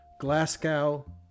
Glasgow